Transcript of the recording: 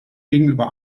gegenüber